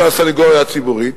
של הסניגוריה הציבורית,